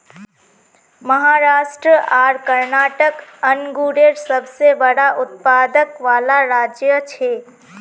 महाराष्ट्र आर कर्नाटक अन्गुरेर सबसे बड़ा उत्पादक वाला राज्य छे